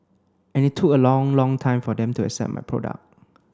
and it look a long long time for them to accept my product